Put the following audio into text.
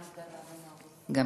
וגם עבדאללה.